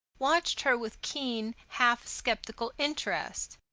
watched her with keen, half-skeptical interest.